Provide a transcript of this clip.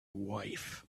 wife